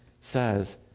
says